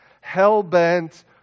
hell-bent